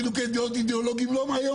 יש לנו חילוקי דעות אידיאולוגיים לא מהיום